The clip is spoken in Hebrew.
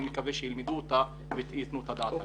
אני מקווה שילמדו אותה ויתנו את הדעת עליה.